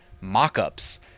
mock-ups